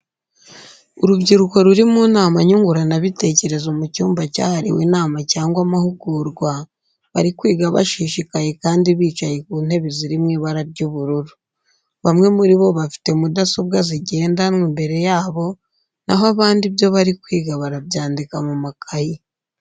Urubyiruko ruri mu nama nyunguranabitekerezo mu cyumba cyahariwe inama cyangwa amahugurwa, bari kwiga bashishikaye kandi bicaye ku ntebe ziri mu ibara ry'ubururu. Bamwe muri bo bafite mudasobwa zigendanwa imbere yabo, na ho abandi ibyo bari kwiga barabyandika mu makaye.